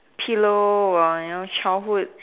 pillow or you know childhood